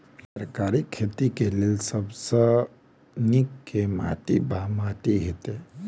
तरकारीक खेती केँ लेल सब सऽ नीक केँ माटि वा माटि हेतै?